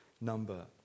number